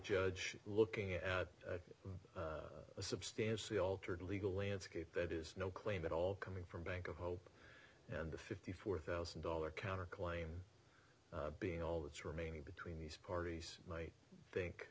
judge looking at a substantially altered legal landscape that is no claim at all coming from bank of hope and the fifty four thousand dollars counterclaim being all that's remaining between these parties might think